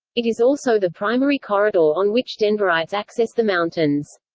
it is also the primary corridor on which denverites access the mountains.